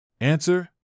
Answer